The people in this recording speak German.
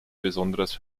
besonderes